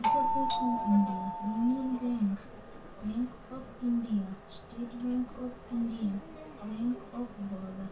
reserve Bank of India Union Bank Bank of India State Bank of India Bank of Baroda